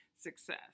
success